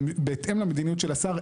בהתאם למדיניות של השר,